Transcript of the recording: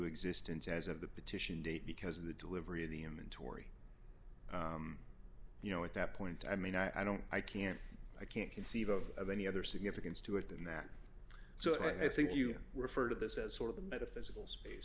existence as of the petition date because of the delivery of the inventory you know at that point i mean i don't i can't i can't conceive of of any other significance to it than that so i think you refer to this as sort of a metaphysical